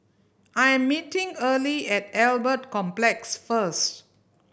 I am meeting Earley at Albert Complex first